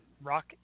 Rock